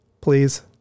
please